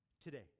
Today